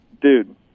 dude